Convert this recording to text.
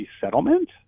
settlement